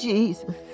Jesus